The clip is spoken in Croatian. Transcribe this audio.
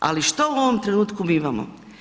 Ali šta u ovom trenutku mi imamo?